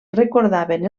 recordaven